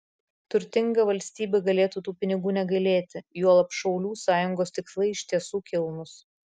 turtinga valstybė galėtų tų pinigų negailėti juolab šaulių sąjungos tikslai iš tiesų kilnūs